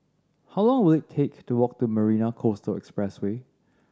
how long will it take to walk to Marina Coastal Expressway